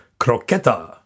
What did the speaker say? croqueta